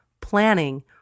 planning